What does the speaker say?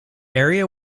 area